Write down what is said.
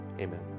Amen